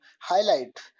highlight